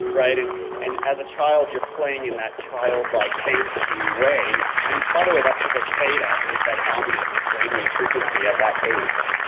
and and as a child you're playing in that child like fantasy way. and by the way, that's because fata is that dominant brainwave frequency at that age.